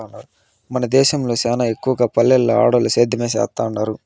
మన దేశంల సానా ఎక్కవగా పల్లెల్ల ఆడోల్లు సేద్యమే సేత్తండారు